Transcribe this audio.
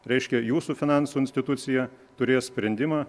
reiškia jūsų finansų institucija turės sprendimą